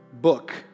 book